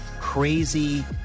crazy